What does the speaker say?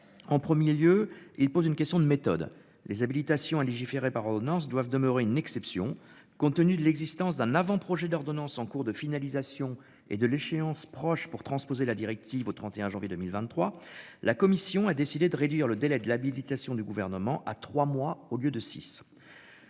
En premier lieu et il pose une question de méthode les habilitations à légiférer par ordonnances doivent demeurer une exception, compte tenu de l'existence d'un avant-projet d'ordonnance en cours de finalisation et de l'échéance proche pour transposer la directive au 31 janvier 2023. La commission a décidé de réduire le délai de l'habilitation du gouvernement à trois mois au lieu de 6.